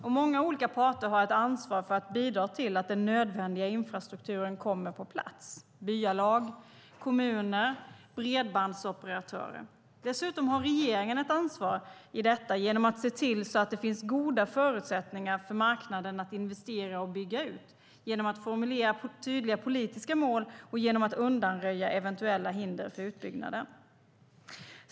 Och många olika parter har ett ansvar för att bidra till att den nödvändiga infrastrukturen kommer på plats: byalag, kommuner, bredbandsoperatörer. Dessutom har regeringen ett ansvar i detta genom att se till att det finns goda förutsättningar för marknaden att investera och bygga ut, genom att formulera tydliga politiska mål och genom att undanröja eventuella hinder för utbyggnaden.